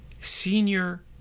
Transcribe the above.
senior